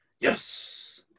Yes